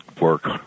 work